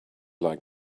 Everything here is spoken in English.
like